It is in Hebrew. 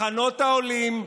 מחנות העולים,